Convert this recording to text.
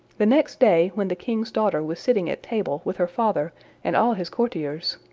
the next day, when the king's daughter was sitting at table with her father and all his courtiers,